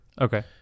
Okay